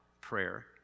prayer